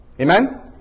Amen